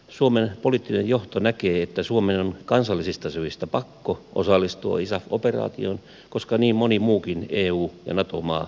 suomen poliittinen johto näkee että suomen on kansallisista syistä pakko osallistua isaf operaatioon koska niin moni muukin eu ja nato maa tekee niin